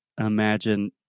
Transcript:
imagine